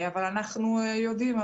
אבל אנחנו יודעים.